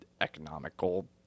economical